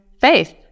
faith